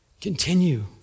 continue